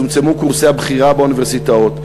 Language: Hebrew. צומצמו קורסי הבחירה באוניברסיטאות,